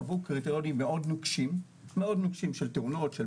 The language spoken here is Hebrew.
קבעו קריטריונים מאוד נוקשים של תאונות ושל